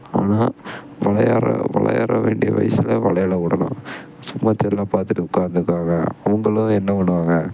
ஆனால் வெளையாட விளையாட வேண்டிய வயசில் விளையாட விடலாம் சும்மா செல்லை பார்த்துட்டு உட்காந்துருக்காங்க அவங்களும் என்ன பண்ணுவாங்க